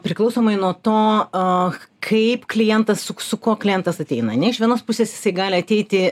priklausomai nuo to kaip klientas su su kuo klientas ateina ane iš vienos pusės jisai gali ateiti